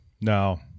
No